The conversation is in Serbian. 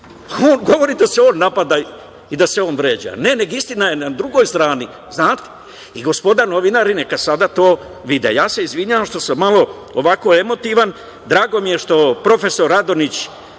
On govori da se on napada i da se on vređa. Ne, nego istina je na drugoj strani znate i gospoda novinari neka sada to vide. Izvinjavam se što sam malo ovako emotivan, drago mi je što profesor Radonjić